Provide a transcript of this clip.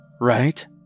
right